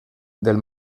del